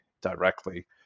directly